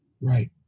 Right